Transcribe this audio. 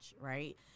right